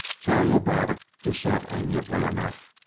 tell you about it, he said amiably enough.